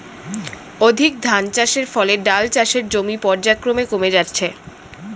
অধিক ধানচাষের ফলে ডাল চাষের জমি পর্যায়ক্রমে কমে যাচ্ছে